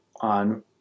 on